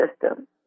system